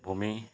ভূমি